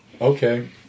Okay